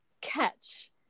catch